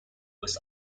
was